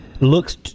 looks